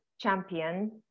champion